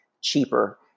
cheaper